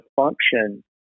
function